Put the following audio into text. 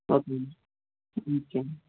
ஓகேங்கண்ணா ம் ஓகேண்ணா